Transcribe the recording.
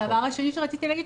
הדבר השני שרציתי להגיד,